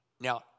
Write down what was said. Now